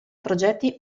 progetti